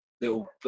little